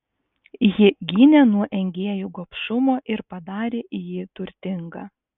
ji gynė nuo engėjų gobšumo ir padarė jį turtingą